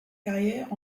carrière